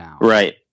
Right